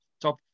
top